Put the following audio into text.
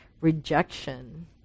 rejection